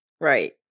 Right